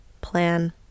plan